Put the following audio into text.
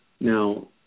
Now